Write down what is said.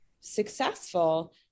successful